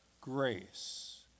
grace